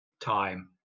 time